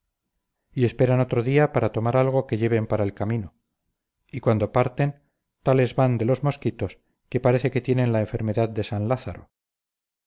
mosquitos y esperan otro día para tomar algo que lleven para el camino y cuando parten tales van de los mosquitos que parece que tienen la enfermedad de san lázaro